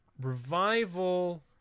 revival